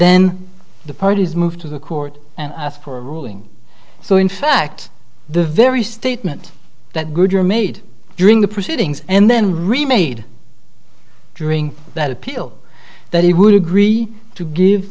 then the parties move to the court and ask for a ruling so in fact the very statement that goodyear made during the proceedings and then remade during that appeal that he would agree to give